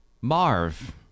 Marv